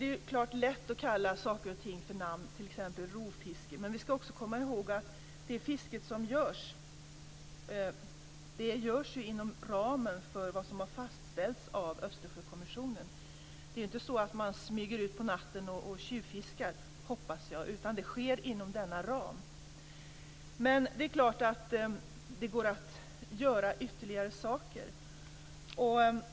Det är vidare lätt att använda uttryck som rovfiske, men vi ska också komma ihåg att det fiske som bedrivs ligger inom ramen för vad som har fastställts av Östersjökommissionen. Jag hoppas att det inte är så att man smyger ut på natten och tjuvfiskar, utan fisket sker inom denna ram. Men det är klart att det går att vidta ytterligare åtgärder.